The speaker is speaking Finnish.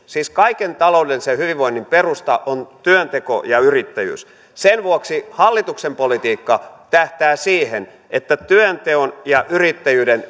siis kaiken taloudellisen hyvinvoinnin perusta on työnteko ja yrittäjyys sen vuoksi hallituksen politiikka tähtää siihen että työnteon ja yrittäjyyden